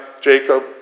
Jacob